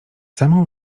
samą